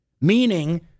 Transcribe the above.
meaning